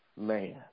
man